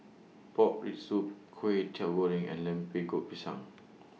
Pork Rib Soup Kway Teow Goreng and Pisang